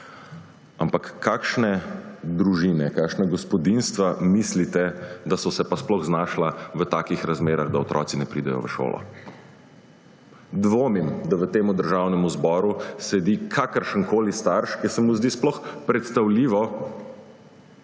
Ampak kakšne družine, kakšna gospodinjstva mislite, da so se pa sploh znašla v takih razmerah, da otroci ne pridejo v šolo? Dvomim, da v tem državnem zboru sedi kakršenkoli starš, ki se mu zdi sploh predstavljivo,